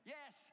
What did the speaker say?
Yes